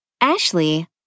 Ashley